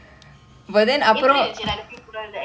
அப்புறம்:appuram the executive committee